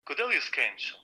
kodėl jis kenčia